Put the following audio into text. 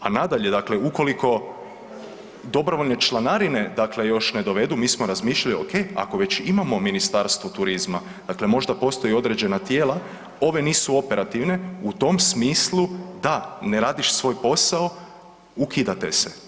A nadalje, dakle ukoliko dobrovoljne članarine, dakle još ne dovedu, mi smo razmišljali oke ako već imamo Ministarstvo turizma, dakle možda postoje određena tijela ove nisu operativne u tom smislu da ne radiš svoj posao, ukidate se.